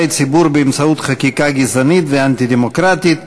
ציבור באמצעות חקיקה גזענית ואנטי-דמוקרטית.